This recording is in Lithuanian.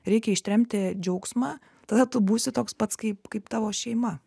reikia ištremti džiaugsmą tada tu būsi toks pats kaip kaip tavo šeima